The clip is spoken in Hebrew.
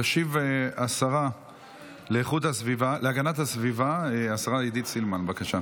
תשיב השרה להגנת הסביבה עידית סילמן, בבקשה.